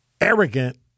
arrogant